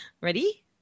Ready